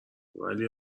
ولی